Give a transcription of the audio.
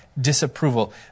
disapproval